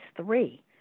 three